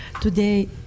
Today